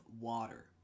water